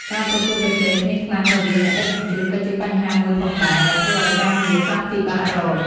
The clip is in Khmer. ការប្រកួតប្រជែងគ្នាខ្លាំងរវាងអ្នកដឹកជញ្ជូនក៏ជាបញ្ហាមួយផងដែរ ដែលធ្វើឲ្យការងារខ្លះពិបាករក។